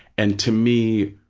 and to me,